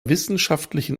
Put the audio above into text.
wissenschaftlichen